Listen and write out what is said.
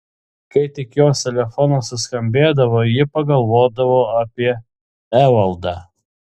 kai tik jos telefonas suskambėdavo ji pagalvodavo apie evaldą